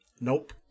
Nope